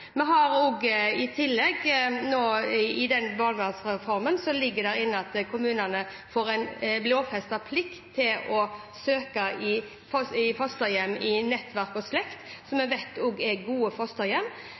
I tillegg ligger det inne i den barnevernsreformen at kommunene får en lovfestet plikt til å søke etter fosterhjem i nettverk og slekt, som